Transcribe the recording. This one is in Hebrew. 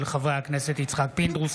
של חברי הכנסת יצחק פינדרוס,